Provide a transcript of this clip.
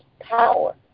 power